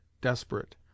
desperate